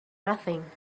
nothing